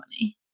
money